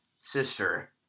sister